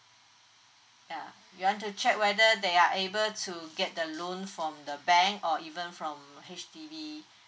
ya you want to check whether they are able to get the loan from the bank or even from H_D_B